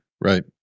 Right